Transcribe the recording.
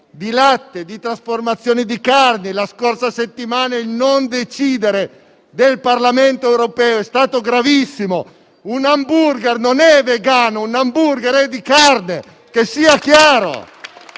di latte e di trasformazione della carne. La scorsa settimana il non decidere del Parlamento europeo è stato gravissimo: un *hamburger* non è vegano, un *hamburger* è di carne. Sia chiaro.